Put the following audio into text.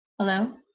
Hello